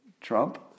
Trump